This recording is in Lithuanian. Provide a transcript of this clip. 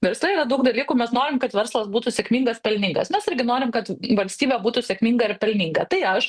versle yra daug dalykų mes norim kad verslas būtų sėkmingas pelningas mes irgi norim kad valstybė būtų sėkminga ir pelninga tai aš